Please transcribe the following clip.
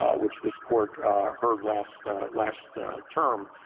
um which this court heard last last term,